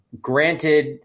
Granted